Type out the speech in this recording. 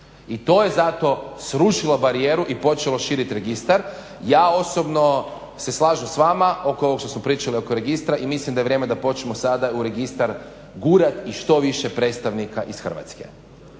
I to je zato srušilo barijeru i počelo širiti registar. Ja osobno se slažem s vama oko ovog što smo pričali oko registra i mislim da je vrijeme da počnemo sada u registar gurati i što više predstavnika iz Hrvatske.